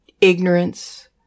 ignorance